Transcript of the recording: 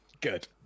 Good